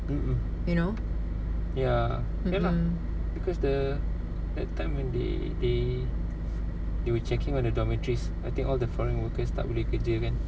you know mm mm